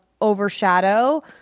overshadow